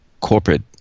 corporate